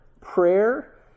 Prayer